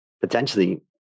potentially